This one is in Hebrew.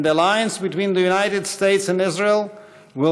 alliance between the United States and Israel will